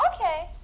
Okay